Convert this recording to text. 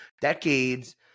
decades